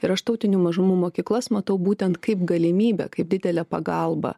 ir aš tautinių mažumų mokyklas matau būtent kaip galimybę kaip didelę pagalbą